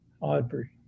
Audrey